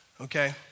Okay